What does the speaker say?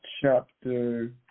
chapter